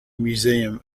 museum